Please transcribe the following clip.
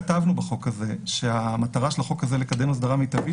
בחוק הזה שהמטרה של החוק הזה לקדם אסדרה מיטבית